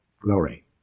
Glory